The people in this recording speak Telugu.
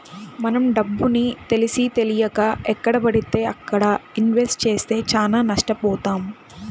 మనం డబ్బుని తెలిసీతెలియక ఎక్కడబడితే అక్కడ ఇన్వెస్ట్ చేస్తే చానా నష్టబోతాం